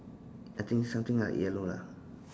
I think something like yellow lah